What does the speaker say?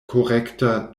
korekta